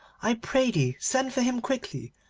i pray thee send for him quickly,